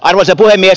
arvoisa puhemies